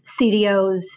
CDOs